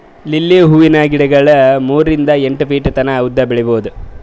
lily ಹೂವಿನ ಗಿಡಗೊಳ್ ಮೂರಿಂದ್ ಎಂಟ್ ಫೀಟ್ ತನ ಉದ್ದ್ ಬೆಳಿಬಹುದ್